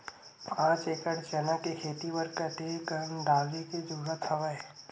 पांच एकड़ चना के खेती बर कते कन डाले के जरूरत हवय?